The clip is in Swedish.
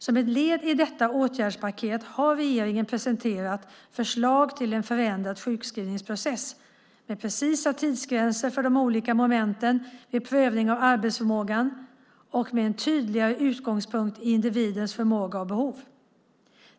Som ett led i detta åtgärdspaket har regeringen presenterat förslag till en förändrad sjukskrivningsprocess med preciserade tidsgränser för de olika momenten vid prövningen av arbetsförmågan och med en tydligare utgångspunkt i individens förmåga och behov.